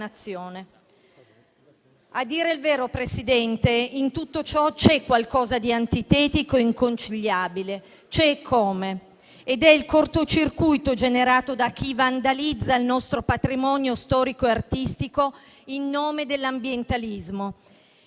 A dire il vero, Presidente, in tutto ciò qualcosa di antitetico e inconciliabile c'è eccome, ed è il cortocircuito generato da chi vandalizza il nostro patrimonio storico e artistico in nome dell'ambientalismo